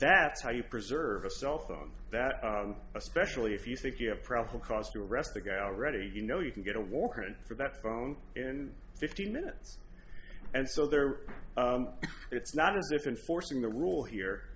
that's how you preserve a cell phone that especially if you think you have probable cause to arrest the guy already you know you can get a warrant for that phone in fifteen minutes and so there it's not a defense forcing the rule here